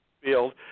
field